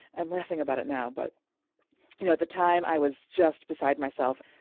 i'm laughing about it now but you know at the time i was just beside myself.